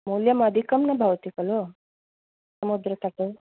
मूल्यम् अधिकं न भवति खलु समुद्रतटे